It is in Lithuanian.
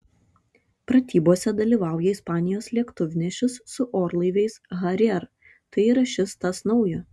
pratybose dalyvauja ispanijos lėktuvnešis su orlaiviais harrier tai yra šis tas naujo